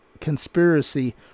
conspiracy